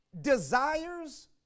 desires